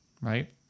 right